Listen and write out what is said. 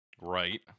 Right